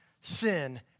sin